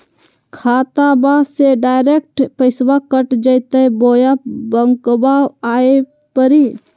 खाताबा से डायरेक्ट पैसबा कट जयते बोया बंकबा आए परी?